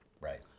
Right